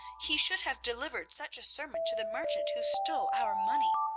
he should have delivered such a sermon to the merchant who stole our money.